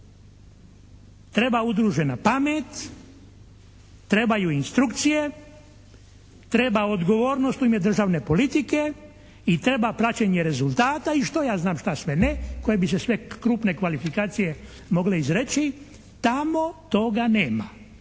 treba udružena pamet, trebaju instrukciju, treba odgovornost u ime državne politike i treba praćenje rezultata i što ja znam šta sve ne koje bi se sve krupne kvalifikacije mogle izreći tamo toga nema.